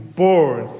born